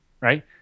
Right